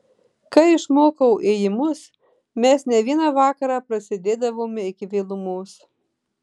kai išmokau ėjimus mes ne vieną vakarą prasėdėdavome iki vėlumos